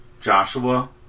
Joshua